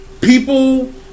People